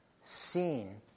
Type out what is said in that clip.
seen